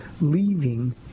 leaving